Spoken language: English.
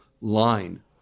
line